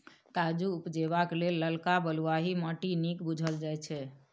काजु उपजेबाक लेल ललका बलुआही माटि नीक बुझल जाइ छै